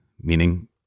meaning